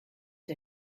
der